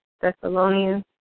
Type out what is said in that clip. Thessalonians